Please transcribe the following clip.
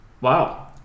wow